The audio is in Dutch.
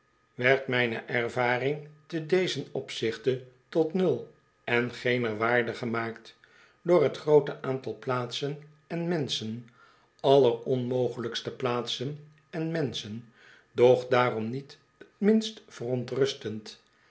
werd mijne ervaring te dezen opzichte tot nul en geener waarde gemaakt door t groote aantal plaatsen en mensehen alleronmogelijkste plaatsen en menschen doch daarom niet t minst verontrustend